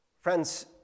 Friends